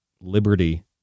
liberty